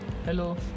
Hello